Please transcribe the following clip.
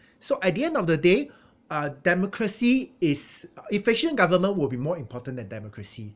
so at the end of the day uh democracy is efficient government will be more important than democracy